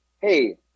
hey